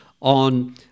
on